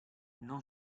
non